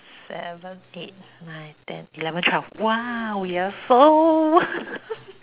seven eight nine ten eleven twelve !wow! we are so